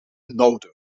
nodig